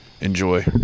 enjoy